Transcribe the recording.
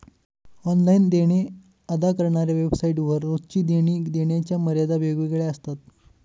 online देणे अदा करणाऱ्या वेबसाइट वर रोजची देणी देण्याच्या मर्यादा वेगवेगळ्या असतात